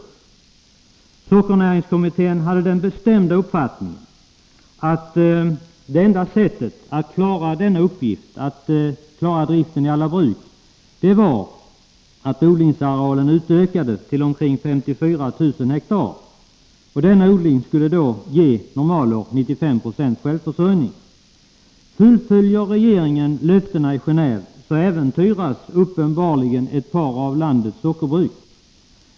sockernäringen Sockernäringskommittén hade den bestämda uppfattningen att enda sättet att klara driften vid samtliga bruk var att odlingsarealen utökades till omkring 54 000 hektar. Denna odling skulle normalår ge 95 96 självförsörjning. Infriar regeringen löftena i Genåve äventyras uppenbarligen ett par av landets sockerbruk.